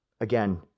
again